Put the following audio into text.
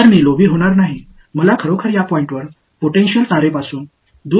எனவே நான் பேராசைப்பட மாட்டேன் இந்த கட்டத்தில் கம்பியிலிருந்து